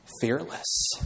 fearless